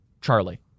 CHARLIE